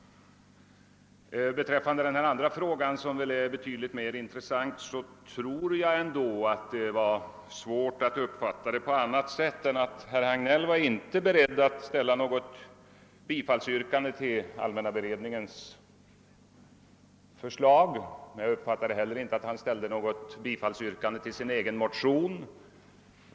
Beträffande den andra frågan — som väl är betydligt mer intressant — tror jag ändå att det var svårt att uppfatta det hela' på annat sätt än att herr Hagnell inté vär beredd att framställa något yrkande om bifall till allmänna bercdningsutskottets förslag, men jag uppfattade inte, heller att han framställde nägot yrkande om bifall till sin egen motion.